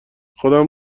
خودم